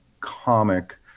comic